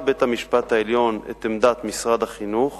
בית-המשפט העליון את עמדת משרד החינוך